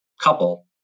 couple